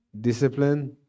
Discipline